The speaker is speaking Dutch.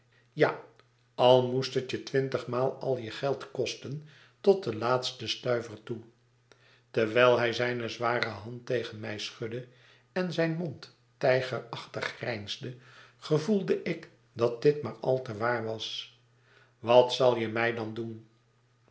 ja al moest hetje twintigmaal al je geld kosten tot den laatsten stuiver toe terwijl hij zijne zware hand tegen mij schudde en zijn mond tijgerachtiggrijnsde gevoelde ik dat dit maar al te waar was wat zal je mij dan doen